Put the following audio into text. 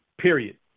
period